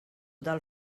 del